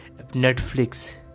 Netflix